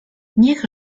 niech